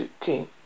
king